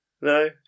no